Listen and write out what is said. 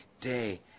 day